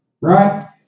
Right